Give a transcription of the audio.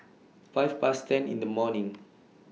five Past ten in The morning